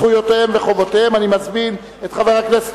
זכויותיהם וחובותיהם (תיקון מס' 37). אני מזמין את חבר הכנסת